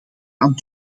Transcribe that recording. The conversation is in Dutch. aan